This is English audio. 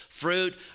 fruit